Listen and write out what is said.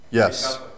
Yes